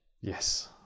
yes